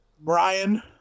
brian